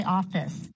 office